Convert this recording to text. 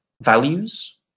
values